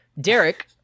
Derek